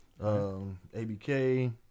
ABK